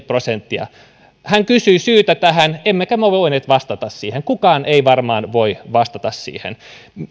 prosenttia hän kysyi syytä tähän emmekä me me voineet vastata siihen kukaan ei varmaan voi vastata siihen